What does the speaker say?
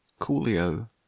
coolio